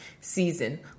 season